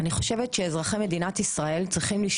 אתה אומר שכל מה שהם מנסים, לא